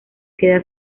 queda